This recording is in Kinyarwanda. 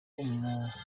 umugororwa